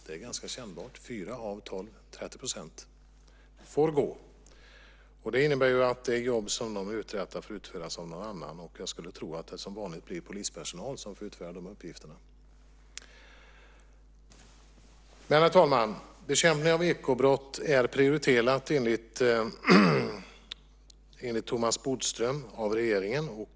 Det är ganska kännbart: Fyra av tolv, 30 %, får gå. Det innebär att det jobb dessa uträttade får utföras av någon annan. Jag skulle tro att det som vanligt blir polispersonal som får utföra de uppgifterna. Herr talman! Bekämpning av ekobrott är enligt Thomas Bodström prioriterat av regeringen.